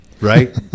Right